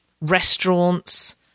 restaurants